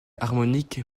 harmonique